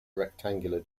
rectangular